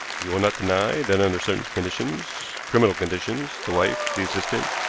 you will not deny that under certain conditions criminal conditions the wife, the assistant,